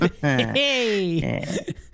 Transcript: Hey